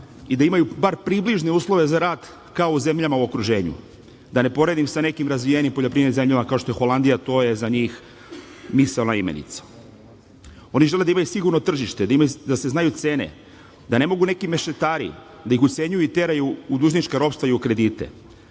i da imaju bar približne uslove za rad kao u zemljama u okruženju, da ne poredim sa nekim razvijenim poljoprivrednim zemljama kao što je Holandija, to je za njih misaona imenica. Oni žele da imaju sigurno tržište, da se znaju cene, da ne mogu neki mešetari da ih ucenjuju i teraju u dužnička ropstva i u kredite.